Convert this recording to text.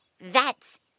That's